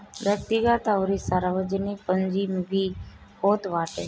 व्यक्तिगत अउरी सार्वजनिक पूंजी भी होत बाटे